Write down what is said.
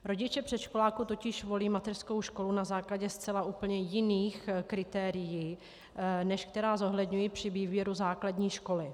Rodiče předškoláků totiž volí mateřskou školu na základě zcela úplně jiných kritérií, než která zohledňují při výběru základní školy.